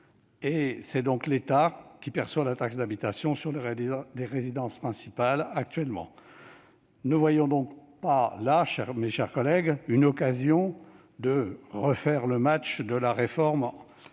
: c'est donc l'État qui perçoit actuellement la taxe d'habitation sur les résidences principales. Ne voyons donc pas là, mes chers collègues, une occasion de refaire le match de la réforme